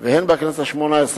והן בכנסת השמונה-עשרה,